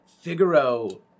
Figaro